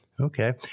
Okay